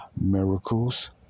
miracles